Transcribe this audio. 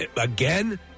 again